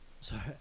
Sorry